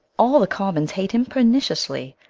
all the commons hate him perniciously,